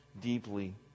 deeply